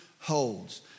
holds